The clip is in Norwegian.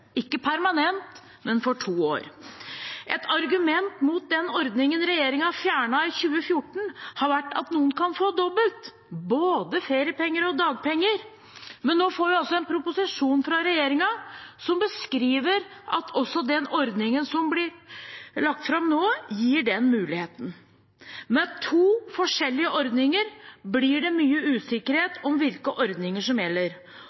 ikke permanent, men for to år. Et argument mot den ordningen regjeringen fjernet i 2014, har vært at noen kan få dobbelt, både feriepenger og dagpenger. Men nå får vi altså en proposisjon fra regjeringen som beskriver at også den ordningen som blir lagt fram nå, gir den muligheten. Med to forskjellige ordninger blir det mye usikkerhet om hvilke ordninger som gjelder.